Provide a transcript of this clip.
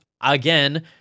again